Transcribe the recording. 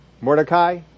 Mordecai